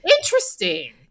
interesting